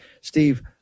Steve